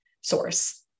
source